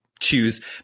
choose